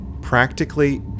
practically